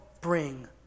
bring